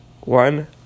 one